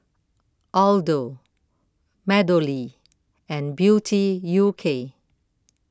Aldo MeadowLea and Beauty U K